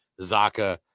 Zaka